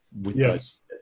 Yes